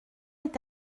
est